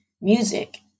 music